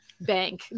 bank